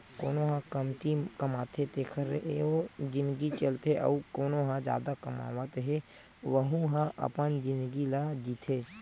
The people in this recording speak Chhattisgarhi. कोनो ह कमती कमाथे तेखरो जिनगी चलथे अउ कोना ह जादा कमावत हे वहूँ ह अपन जिनगी ल जीथे